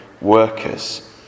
workers